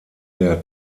der